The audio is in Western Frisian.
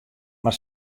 mar